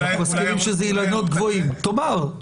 תאמר.